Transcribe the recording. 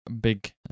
big